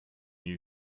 you